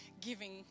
giving